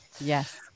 Yes